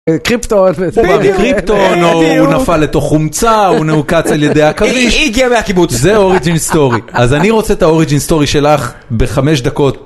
קריפטון קריפטון הוא נפל לתוך חומצה הוא נעוקץ על ידי עכביש זה אוריג'ין סטורי אז אני רוצה את האוריג'ין סטורי שלך בחמש דקות.